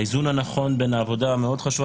האיזון הנכון בין העבודה החשובה,